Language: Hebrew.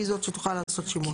היא זו שתוכל לעשות שימוש.